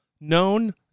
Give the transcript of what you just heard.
known